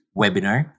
webinar